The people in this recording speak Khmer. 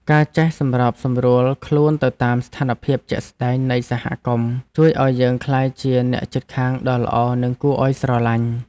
ការចេះសម្របសម្រួលខ្លួនទៅតាមស្ថានភាពជាក់ស្តែងនៃសហគមន៍ជួយឱ្យយើងក្លាយជាអ្នកជិតខាងដ៏ល្អនិងគួរឱ្យស្រឡាញ់។